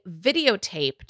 videotaped